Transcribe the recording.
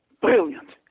brilliant